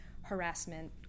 harassment